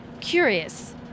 curious